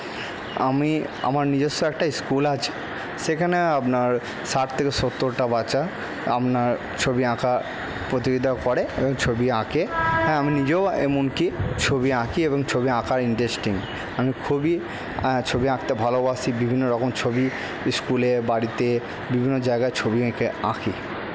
আমি আমার নিজস্ব একটা স্কুল আছে সেখানে আপনার ষাট থেকে সত্তরটা বাচ্চা আপনার ছবি আঁকা প্রতিযোগিতা করে এবং ছবি আঁকে হ্যাঁ আমি নিজেও এমনকি ছবি আঁকি এবং ছবি আঁকায় ইন্টারেস্টিং আমি খুবই ছবি আঁকতে ভালোবাসি বিভিন্ন রকম ছবি স্কুলে বাড়িতে বিভিন্ন জায়গায় ছবি এঁকে আঁকি